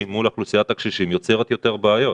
מול אוכלוסיית הקשישים יוצר יותר בעיות.